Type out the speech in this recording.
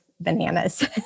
bananas